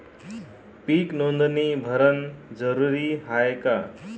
पीक नोंदनी भरनं जरूरी हाये का?